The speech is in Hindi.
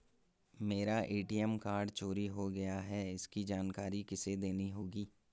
मेरा ए.टी.एम कार्ड चोरी हो गया है इसकी जानकारी किसे देनी होगी?